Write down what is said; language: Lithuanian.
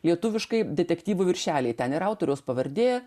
lietuviškai detektyvų viršeliai ten ir autoriaus pavardė